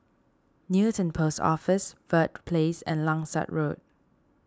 Newton Post Office Verde Place and Langsat Road